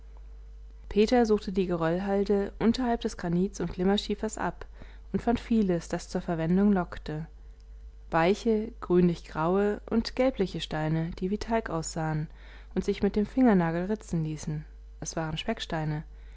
peter suchte die geröllhalde unterhalb des granits und glimmerschiefers ab und fand vieles das zur verwendung lockte weiche grünlichgraue und gelbliche steine die wie talg aussahen und sich mit dem fingernagel ritzen ließen es waren